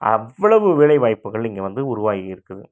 அவ்வளவு வேலை வாய்ப்புகள் இங்கே வந்து உருவாகி இருக்குது